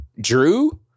Drew